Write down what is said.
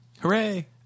Hooray